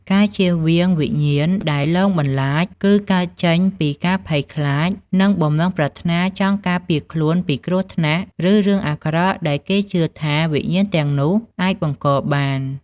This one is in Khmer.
ការជៀសវាងវិញ្ញាណដែលលងបន្លាច គឺកើតចេញពីការភ័យខ្លាច និងបំណងប្រាថ្នាចង់ការពារខ្លួនពីគ្រោះថ្នាក់ ឬរឿងអាក្រក់ដែលគេជឿថាវិញ្ញាណទាំងនោះអាចបង្កបាន។